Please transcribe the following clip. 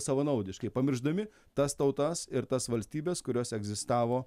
savanaudiškai pamiršdami tas tautas ir tas valstybes kurios egzistavo